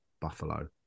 buffalo